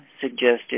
suggested